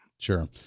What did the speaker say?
Sure